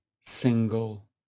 single